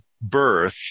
birth